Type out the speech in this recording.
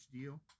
deal